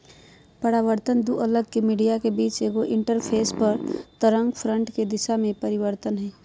परावर्तन दू अलग मीडिया के बीच एगो इंटरफेस पर तरंगफ्रंट के दिशा में परिवर्तन हइ